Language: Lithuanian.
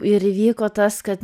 ir įvyko tas kad